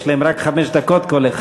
יש להם רק חמש דקות כל אחד.